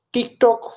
TikTok